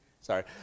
Sorry